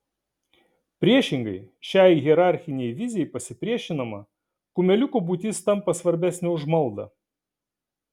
priešingai šiai hierarchinei vizijai pasipriešinama kumeliuko būtis tampa svarbesnė už maldą